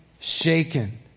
shaken